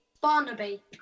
Barnaby